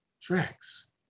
tracks